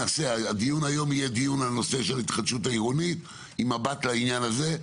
הדיון היום יהיה דיון על הנושא של ההתחדשות העירונית עם מבט לעניין הזה.